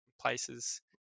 places